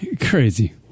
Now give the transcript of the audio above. Crazy